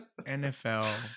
nfl